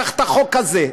קח את החוק הזה,